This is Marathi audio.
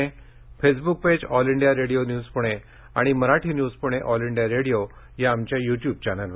देखील ऐकू शकता Facebook page All India Radio news Pune आणि Marathi news Pune All India Radio या आमच्या युट्युब चॅनेलवर